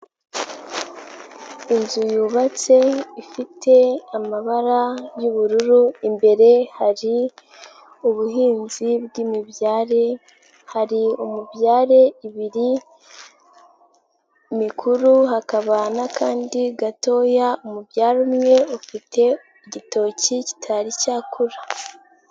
Inzu yubatse ifite amabara y'ubururu, imbere hari ubuhinzi bw'imibyare, hari umubyare ibiri mikuru, hakaba n'akandi gatoya, umubyare umwe ufite igitoki kitari cyakura.